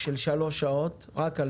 אחרי